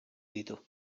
ditu